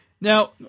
Now